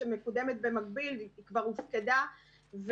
שמקודמת במקביל וכבר הופקדה.